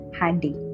handy